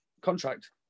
Contract